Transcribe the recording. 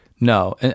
no